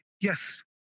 Yes